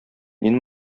мин